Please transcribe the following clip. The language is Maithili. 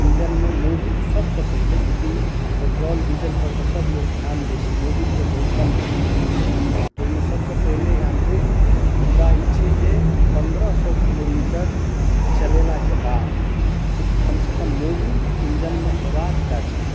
इन्जनमे मोबिल सभसँ पहले चूँकि पेट्रोल डीजल पर तऽ सभ लोक ध्यान दै छै मोबिल पर बड्ड कम लोक ध्यान दै छै तऽ ओहिमे सभसँ पहले यान्त्रिक मुद्दा ई छै जे पन्द्रह सए किलोमीटर चलेलाके बाद कमसँ कम मोबिल इन्जनमे हेबाक टा चाही